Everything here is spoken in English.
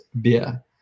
beer